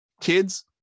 kids